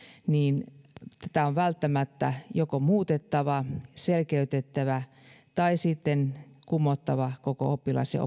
niin on välttämättä joko muutettava selkeytettävä tätä tai sitten kumottava koko oppilas ja